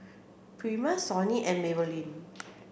Prima Sony and Maybelline